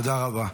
תודה רבה.